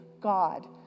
God